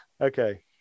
Okay